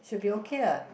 should be okay lah